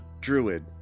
druid